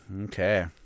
Okay